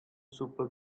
super